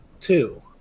two